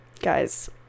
Guys